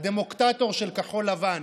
הדמוקטטור של כחול לבן,